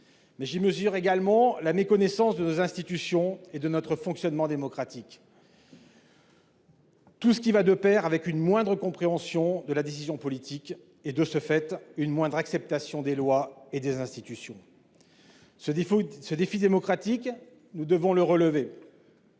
J'y mesure également la méconnaissance de nos institutions et de notre fonctionnement démocratique. Tout cela va de pair avec une moindre compréhension de la décision politique et, de ce fait, avec une moindre acceptation des lois et des institutions. Ce défi démocratique, nous devons le relever.